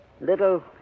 little